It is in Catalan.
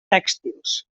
tèxtils